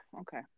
Okay